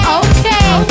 okay